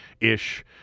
ish